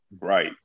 Right